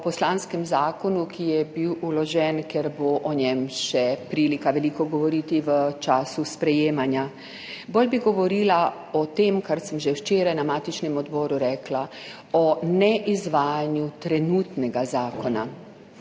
poslanskem zakonu, ki je bil vložen, ker bo o njem še prilika veliko govoriti v času sprejemanja. Bolj bi govorila o tem, kar sem že včeraj na matičnem odboru rekla, o neizvajanju trenutnega zakona.